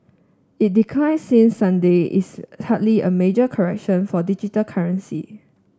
it decline since Sunday is hardly a major correction for digital currency